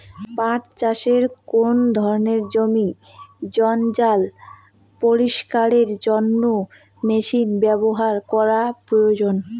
পাট চাষে কোন ধরনের জমির জঞ্জাল পরিষ্কারের জন্য মেশিন ব্যবহার করা প্রয়োজন?